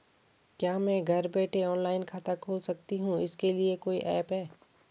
क्या मैं घर बैठे ऑनलाइन खाता खोल सकती हूँ इसके लिए कोई ऐप है?